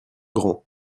grand